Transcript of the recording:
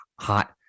hot